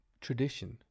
tradition